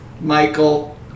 Michael